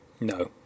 No